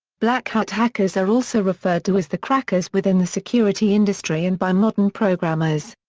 black hat hackers are also referred to as the crackers within the security industry and by modern programmers.